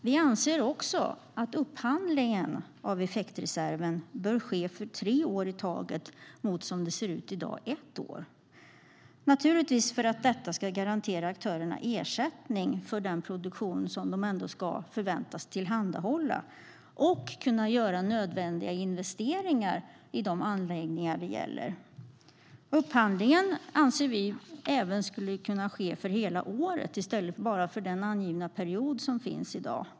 Vi anser också att upphandling av effektreserven bör ske för tre år i taget mot ett år, som det är i dag, naturligtvis för att detta ska garantera aktörerna ersättning för produktion som de ändå förväntas tillhandahålla och för att de ska kunna göra nödvändiga investeringar i de anläggningar som det gäller. Upphandlingen anser vi även skulle kunna ske för hela året i stället för bara den period som är angiven i dag.